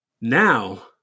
Now